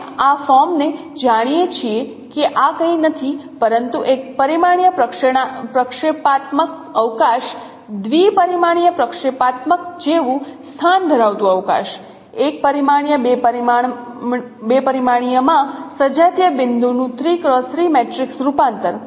આપણે આ ફોર્મને જાણીએ છીએ કે આ કંઈ નથી પરંતુ એક પરિમાણીય પ્રક્ષેપાત્મક અવકાશ દ્વિ પરિમાણીય પ્રક્ષેપાત્મક જેવું સ્થાન ધરાવતું અવકાશ એક પરિમાણીય બે પરિમાણીયમાં સજાતીય બિંદુનું મેટ્રિક્સ રૂપાંતર